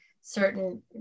certain